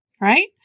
right